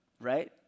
Right